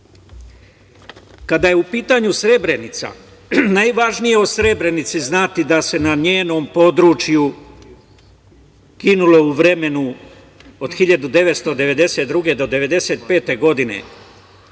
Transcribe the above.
je u pitanju Srebrenica, najvažnije o Srebrenici znati da se na njenom području ginulo u vremenu od 1992. do 1995. godine.